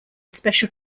special